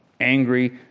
Angry